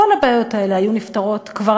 כל הבעיות האלה היו נפתרות כבר,